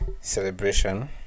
celebration